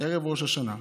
ערב ראש השנה,